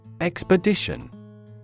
Expedition